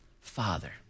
Father